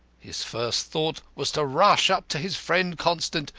his first thought was to rush up to his friend, constant,